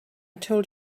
told